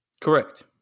Correct